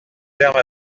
terme